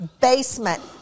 basement